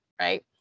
Right